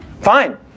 fine